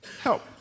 Help